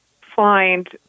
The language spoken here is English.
find